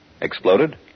Exploded